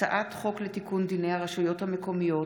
הצעת חוק לתיקון דיני הרשויות המקומיות